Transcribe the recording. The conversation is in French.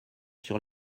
sur